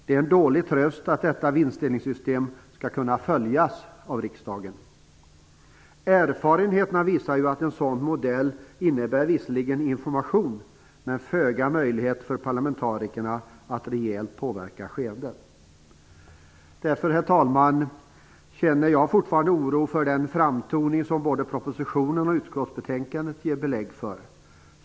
Det är en dålig tröst att detta vinstdelningssystem skall kunna följas av riksdagen. Erfarenheterna visar ju att en sådan modell visserligen innebär information men föga möjlighet för parlamentarikerna att rejält påverka skeendet. Därför, herr talman, känner jag fortfarande oro för den framtoning som både propositionen och utskottsbetänkandet ger belägg för.